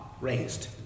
raised